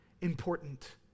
important